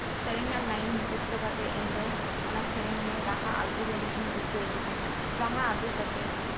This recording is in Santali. ᱥᱮᱨᱮᱧ ᱨᱮᱱᱟᱜ ᱞᱟᱭᱤᱱ ᱢᱩᱠᱷᱚᱥᱛᱚ ᱠᱟᱛᱮᱫ ᱤᱧ ᱫᱚ ᱚᱱᱟ ᱥᱮᱨᱮᱧ ᱨᱮ ᱨᱟᱦᱟ ᱟᱹᱜᱩ ᱨᱮᱱᱟᱜ ᱤᱧ ᱨᱤᱠᱟᱹᱭᱟ ᱨᱟᱦᱟ ᱟᱹᱜᱩ ᱠᱟᱛᱮᱫ